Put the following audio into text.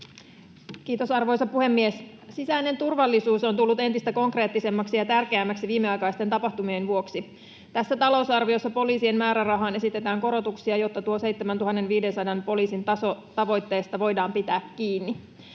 Kiitos, arvoisa puhemies! Sisäinen turvallisuus on tullut entistä konkreettisemmaksi ja tärkeämmäksi viimeaikaisten tapahtumien vuoksi. Tässä talousarviossa poliisien määrärahaan esitetään korotuksia, jotta 7 500 poliisin tasotavoitteesta voidaan pitää kiinni.